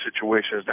situations